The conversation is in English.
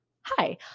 hi